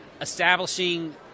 establishing